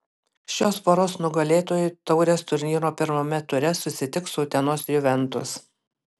šios poros nugalėtojai taurės turnyro pirmame ture susitiks su utenos juventus